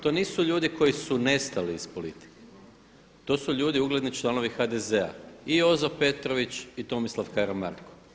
To nisu ljudi koji su nestali iz politike, to su ljudi ugledni članovi HDZ-a i Jozo Petrović i Tomislav Karamarko.